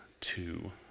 two